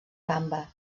gamba